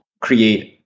create